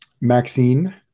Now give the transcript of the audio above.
Maxine